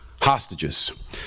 hostages